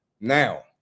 Now